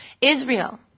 Israel